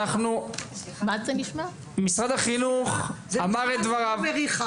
סליחה, משרד החינוך אמר את דבריו.